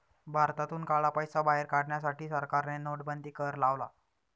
भारतातून काळा पैसा बाहेर काढण्यासाठी सरकारने नोटाबंदी कर लावला